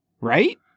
Right